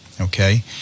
Okay